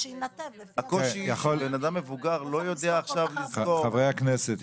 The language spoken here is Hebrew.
בן אדם מבוגר לא יודע עכשיו לזכור --- חברי הכנסת,